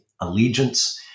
allegiance